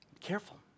Careful